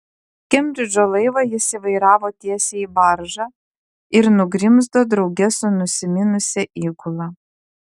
kembridžo laivą jis įvairavo tiesiai į baržą ir nugrimzdo drauge su nusiminusia įgula